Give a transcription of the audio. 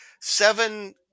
seven